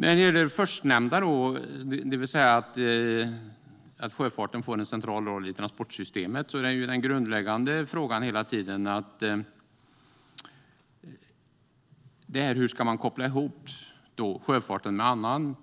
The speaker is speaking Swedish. När det gäller det förstnämnda, att sjöfarten får en central roll i transportsystemet, är den grundläggande frågan hela tiden hur man ska koppla ihop sjöfarten med andra